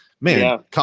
Man